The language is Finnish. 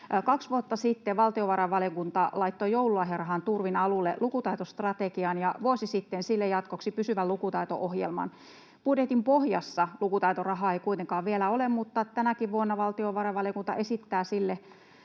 Kaksi vuotta sitten valtiovarainvaliokunta laittoi joululahjarahan turvin alulle lukutaitostrategian ja vuosi sitten sille jatkoksi pysyvän lukutaito-ohjelman. Budjetin pohjassa lukutaitorahaa ei kuitenkaan vielä ole, mutta tänäkin vuonna valtiovarainvaliokunta esittää sille